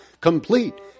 Complete